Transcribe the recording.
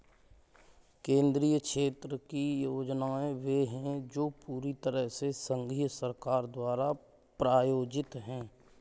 केंद्रीय क्षेत्र की योजनाएं वे है जो पूरी तरह से संघीय सरकार द्वारा प्रायोजित है